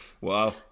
Wow